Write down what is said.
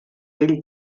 pell